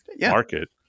market